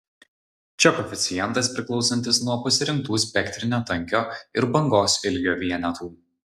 čia koeficientas priklausantis nuo pasirinktų spektrinio tankio ir bangos ilgio vienetų